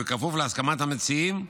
ובכפוף להסכמת המציעים,